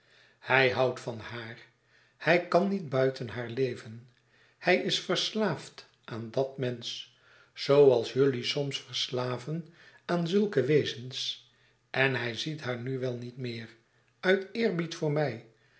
hij houdt van haar hij kan niet buiten haar leven hij is verslaafd aan dat mensch zooals jullie soms verslaven aan zulke wezens en hij ziet haar nu wel niet meer uit eerbied voor mij